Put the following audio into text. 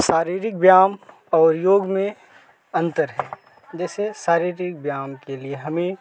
शारीरिक व्यायाम और योग में अंतर है जैसे शारीरिक व्यायाम के लिए हमें